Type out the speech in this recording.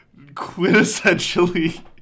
quintessentially